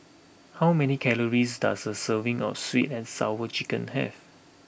how many calories does a serving of sweet and sour chicken have